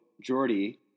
JORDY